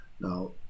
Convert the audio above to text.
Now